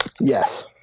Yes